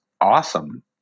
awesome